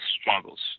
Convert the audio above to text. struggles